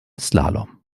slalom